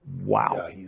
wow